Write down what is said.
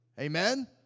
Amen